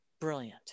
Brilliant